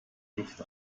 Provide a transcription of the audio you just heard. luft